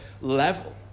level